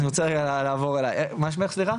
אני רוצה בבקשה לעבור אלייך, מה שמך בבקשה?